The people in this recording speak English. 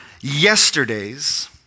yesterdays